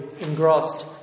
engrossed